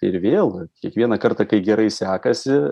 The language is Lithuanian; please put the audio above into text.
ir vėl kiekvieną kartą kai gerai sekasi